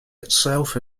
itself